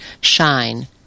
shine